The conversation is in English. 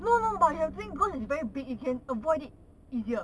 no no but you must think it is very big you can avoid it easier